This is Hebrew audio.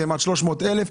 והם עסקים עד 300,000 שקל,